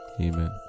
amen